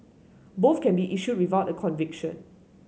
both can be issued without a conviction